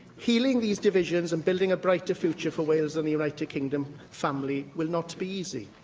healing these divisions and building a brighter future for wales and the united kingdom family will not be easy.